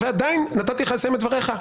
ועדיין נתתי לך לסיים את דבריך.